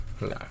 No